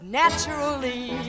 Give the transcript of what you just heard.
naturally